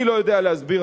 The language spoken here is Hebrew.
אני לא יודע להסביר,